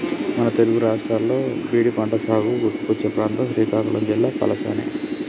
మన తెలుగు రాష్ట్రాల్లో జీడి పంటసాగుకి గుర్తుకొచ్చే ప్రాంతం శ్రీకాకుళం జిల్లా పలాసనే